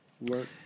work